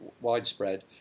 widespread